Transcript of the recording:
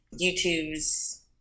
YouTube's